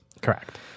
Correct